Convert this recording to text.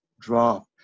drop